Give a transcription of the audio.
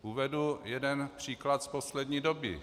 Uvedu jeden příklad z poslední doby.